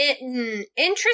interesting